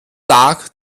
tag